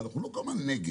אבל אנחנו לא כל הזמן נגד.